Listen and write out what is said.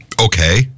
Okay